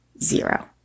zero